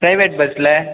private பஸ்சில்